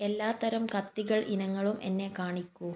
എല്ലാത്തരം കത്തികൾ ഇനങ്ങളും എന്നെ കാണിക്കൂ